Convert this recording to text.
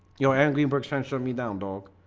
you're angling for extension me down dog.